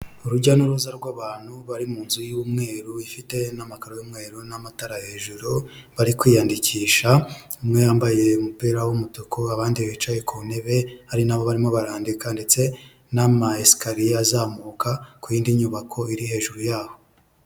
Urujya n'uruza rw'abantu bari mu nzu y'umweru ifite n'amakara y'umweru n'amatara hejuru, bari kwiyandikisha, umwe yambaye umupira w'umutuku, abandi bicaye ku ntebe hari n'aho barimo barandika ndetse n'ama esikariye arimo arazamuka ku yindi nyubako iri hejuru yaho.